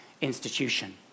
institution